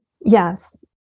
Yes